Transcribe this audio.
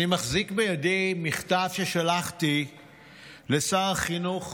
אני מחזיק בידי מכתב ששלחתי לשר החינוך